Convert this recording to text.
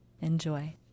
Enjoy